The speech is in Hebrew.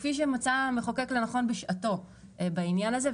כפי שמצא המחוקק לנכון בשעתו בעניין הזה.